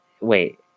wait